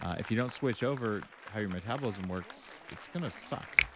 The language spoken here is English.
if you don't switch over how your metabolism works, it's going to suck.